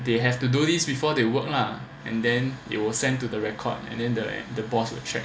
they have to do this before they work lah and then it will send to the record and then the the boss will check